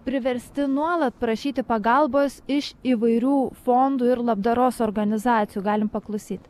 priversti nuolat prašyti pagalbos iš įvairių fondų ir labdaros organizacijų galim paklausyti